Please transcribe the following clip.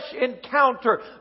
encounter